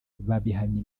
babihamya